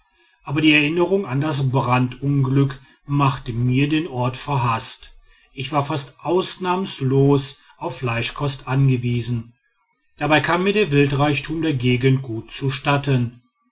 aber die erinnerung an das brandunglück machte mir den ort verhaßt ich war fast ausnahmslos auf fleischkost angewiesen dabei kam mir der wildreichtum der gegend gut zustatten